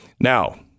Now